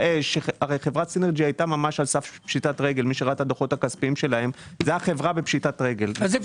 הרי חברת סינרג'י הייתה ממש על סף פשיטת רגל -- מה זה פשיטת רגל?